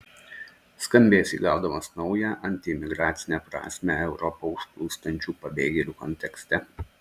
skambės įgaudamas naują antiimigracinę prasmę europą užplūstančių pabėgėlių kontekste